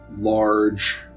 large